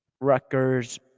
Rutgers